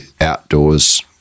outdoors